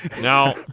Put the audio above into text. Now